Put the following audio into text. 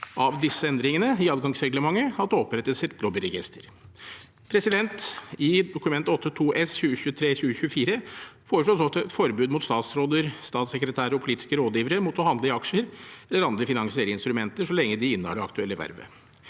av disse endringene i adgangsreglementet at det opprettes et lobbyregister. I Dokument 8:2 S for 2023–2024 foreslås også et forbud for statsråder, statssekretærer og politiske rådgivere mot å handle i aksjer eller andre finansielle instrumenter så lenge de innehar det aktuelle vervet.